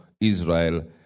Israel